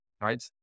right